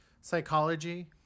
psychology